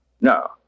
No